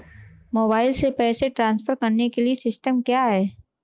Mobile से पैसे transfer करने के लिए सिस्टम क्या है?